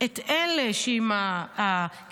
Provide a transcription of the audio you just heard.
את אלה שהם זכאים,